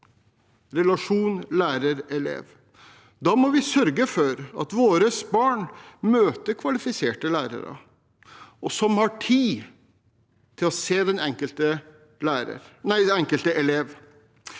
relasjonen lærer–elev. Da må vi sørge for at våre barn møter kvalifiserte lærere som har tid til å se den enkelte elev,